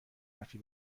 حرفی